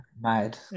Mad